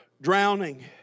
drowning